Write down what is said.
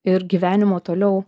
ir gyvenimo toliau